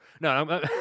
No